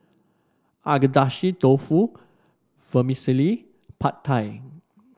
Agedashi Dofu Vermicelli Pad Thai